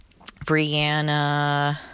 Brianna